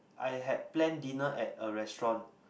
I had planned dinner at a restaurant